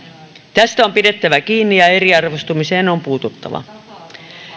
tästä on pidettävä kiinni ja eriarvoistumiseen on puututtava